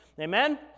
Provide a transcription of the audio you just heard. Amen